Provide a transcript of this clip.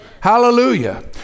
Hallelujah